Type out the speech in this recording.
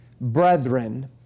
brethren